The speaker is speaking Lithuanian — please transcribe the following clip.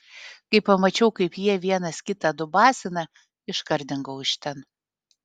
kai pamačiau kaip jie vienas kitą dubasina iškart dingau iš ten